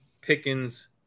Pickens